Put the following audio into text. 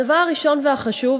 הדבר הראשון והחשוב,